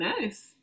nice